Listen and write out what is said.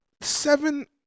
seven